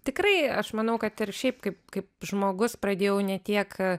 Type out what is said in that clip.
tikrai aš manau kad ir šiaip kaip kaip žmogus pradėjau ne tiek